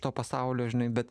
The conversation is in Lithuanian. to pasaulio žinai bet